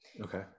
Okay